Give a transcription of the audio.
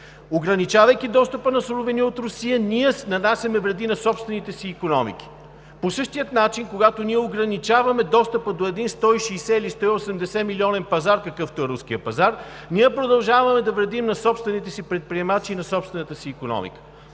Ограничавайки достъпа на суровини от Русия, ние нанасяме вреди на собствените си икономики. По същия начин, когато ние ограничаваме достъпа до един 160- или 180-милионен пазар, какъвто е руският пазар, ние продължаваме да вредим на собствените си предприемачи и на собствената си икономика.